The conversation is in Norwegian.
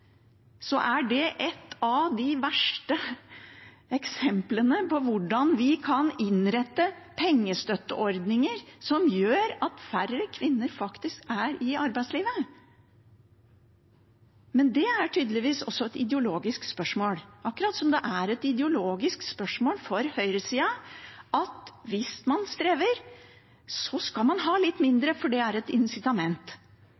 så er det et av de verste eksemplene på hvordan vi kan innrette pengestøtteordninger som gjør at færre kvinner faktisk er i arbeidslivet. Men det er tydeligvis et ideologisk spørsmål, akkurat som det er et ideologisk spørsmål for høyresida at hvis man strever, skal man ha litt